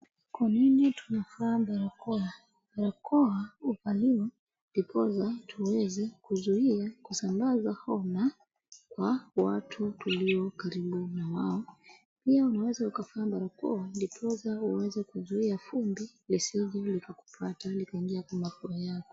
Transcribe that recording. Kwa nini tunavaa barakoa? Barakoa huvaliwa ndiposa tuweze kuzuia kusambaza homa kwa watu tulio karibu na wao. Pia unaweza kuvaa barakoa ndiposa uweze kuzuia vumbi lisilo likakufwata likaingia kwa mapua yako.